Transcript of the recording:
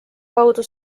kaudu